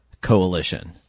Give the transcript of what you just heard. Coalition